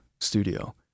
studio